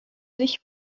sich